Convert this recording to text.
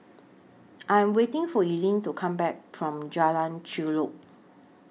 I'm waiting For Eileen to Come Back from Jalan Chulek